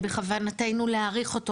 בכוונתנו להאריך אותו,